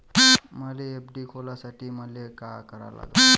मले एफ.डी खोलासाठी मले का करा लागन?